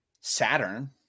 Saturn